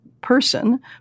person